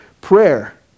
prayer